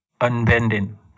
unbending